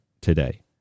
today